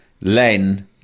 Len